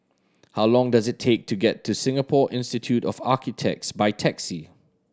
how long does it take to get to Singapore Institute of Architects by taxi